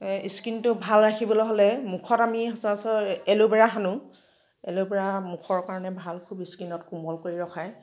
স্কিনটো ভাল ৰাখিবলৈ হ'লে মুখত আমি সচৰাচৰ এলোভেৰা সানোঁ এলোভেৰা মুখৰ কাৰণে ভাল খুব স্কিনক কোমল কৰি ৰখায়